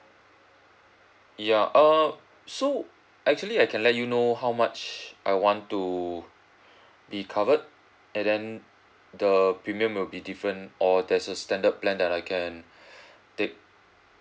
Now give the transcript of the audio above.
ya err so actually I can let you know how much I want to be covered and then the premium will be different or there's a standard plan that I can take